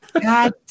God